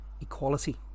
equality